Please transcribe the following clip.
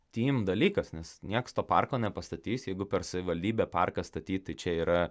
tym dalykas nes nieks to parko nepastatys jeigu per savivaldybę parką statyt tai čia yra